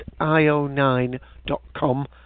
io9.com